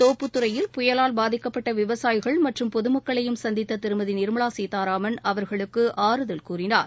தோப்புத்துறையில் புயலால் பாதிக்கப்பட்டவிவசாயிகள் மற்றும் பொதுமக்களையும் சந்தித்ததிருமதிநிர்மலாசீதாராமன் அவர்களுக்குஆறுதல் கூறினார்